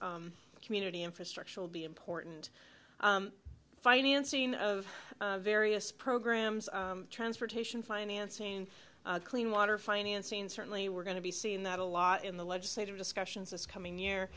community infrastructure will be important financing of various programs transportation financing clean water financing certainly we're going to be seeing that a lot in the legislative discussions this coming year